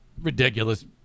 ridiculous